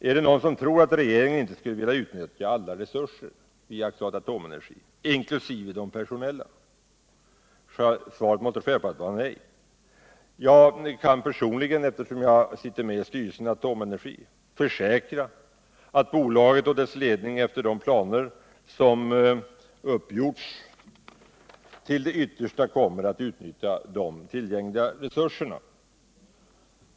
Är det någon som tror att regeringen inte skulle kunna utnyttja alla resurser i AB Atomenergi, inkl. de personella? Svaret måste självfallet vara nej. Jag kan personligen, eftersom-jag sitter med i styrelsen i AB Atomenergi, försäkra att bolaget och dess ledning efter de planer som har uppgjorts till det yttersta kommer att utnyttja de tillgängliga resurserna.